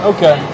Okay